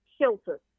shelter